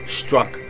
struck